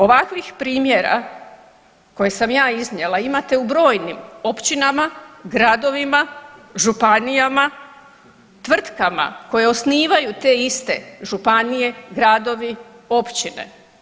Ovakvih primjera koje sam ja iznijela imate u brojnim općinama, gradovima, županijama, tvrtkama koje osnivaju te iste županije, gradovi, općine.